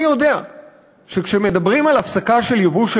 אני יודע שכשמדברים על הפסקה של ייבוא של